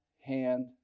hand